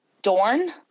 Dorn